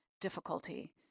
difficulty